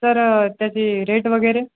sir त्याची rate वगैरे